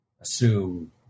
assume